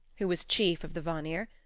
who was chief of the vanir,